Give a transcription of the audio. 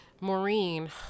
Maureen